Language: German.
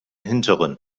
hinteren